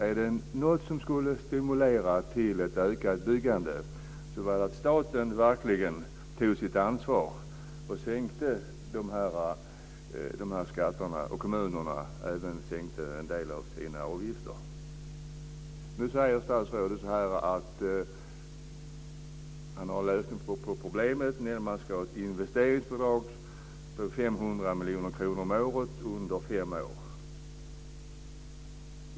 Är det någonting som skulle stimulera till ett ökat byggande vore det att staten verkligen tog sitt ansvar och sänkte dessa skatter samtidigt som kommunerna sänkte en del av sina avgifter. Nu säger statsrådet att han har lösningen på problemet. Man ska införa ett investeringsbidrag på 500 miljoner kronor om året under fem år.